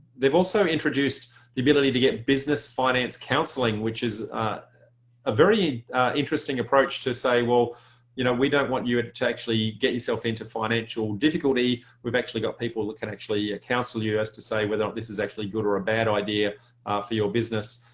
they've also introduced the ability to get business finance counseling which is a very interesting approach to say, well you know we don't want you to to actually get yourself into financial difficulty we've actually got people that can actually counsel you as to say whether this is actually a good or ah bad idea for your business.